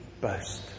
boast